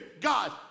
God